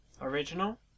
original